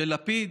של לפיד.